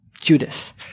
Judas